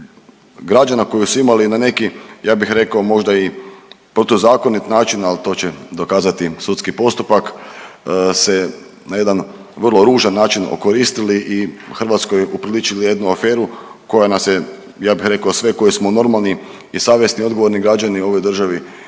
građana koji su imali na neki ja bih rekao možda i protuzakonit način ali to će dokazati sudski postupak se na jedan vrlo ružan način okoristili i Hrvatskoj upriličili jednu aferu koja nas je ja bih rekao sve koji smo normalni i savjesni i odgovorni građani u ovoj državi na jedna